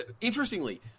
Interestingly